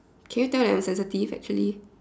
can you tell that I'm sensitive actually